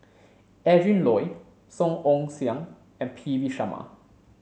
Adrin Loi Song Ong Siang and P V Sharma